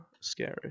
scary